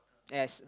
yes